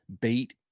bait